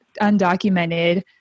Undocumented